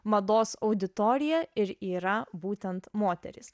mados auditorija ir yra būtent moterys